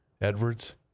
Edwards